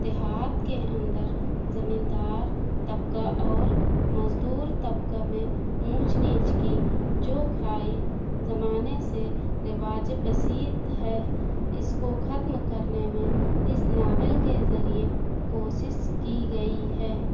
دیہات کے اندر زمیندار طبقہ اور مزدور طبقہ میں اونچ نیچ کی جو کھائی زمانے سے رواج پسید ہے اس کو ختم کرنے میں اس ناول کے ذریعے کوشش کی گئی ہے